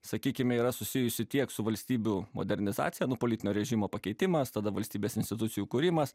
sakykime yra susijusi tiek su valstybių modernizaciją nu politinio režimo pakeitimas tada valstybės institucijų kūrimas